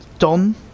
Don